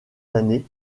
années